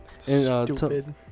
Stupid